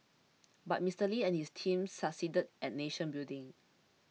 but Mister Lee and his team succeeded at nation building